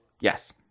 Yes